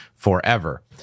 forever